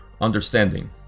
understanding